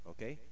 Okay